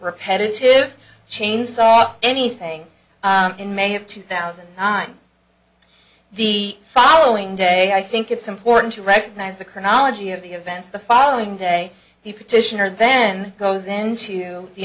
repetitive chainsaw anything in may of two thousand and nine the following day i think it's important to recognize the chronology of the events the following day the petitioner then goes into the